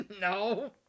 No